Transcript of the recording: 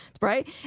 right